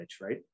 right